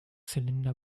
zylinder